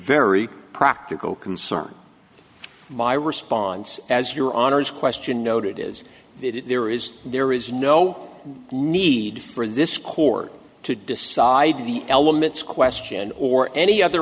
very practical concern my response as your honour's question noted is that if there is there is no need for this court to decide the elements question or any other